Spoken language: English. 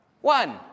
One